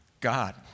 God